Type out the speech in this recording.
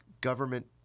government